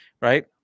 right